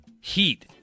Heat